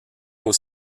aux